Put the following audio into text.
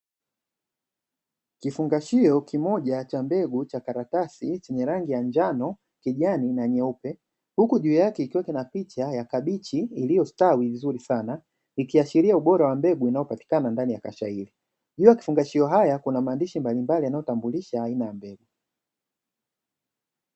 Kifungashio kimoja cha mbegu cha karatasi chenye rangi ya njano, kijani, na nyeupe huku juu yake ikiwa kina picha ya kabichi iliyostawi vizuri sana ikiashiria ubora wa mbegu inayopatikana ndani ya kasha hili. Juu ya kifungashio haya kuna maandishi mbalimbali yanayotambulisha aina ya mbegu.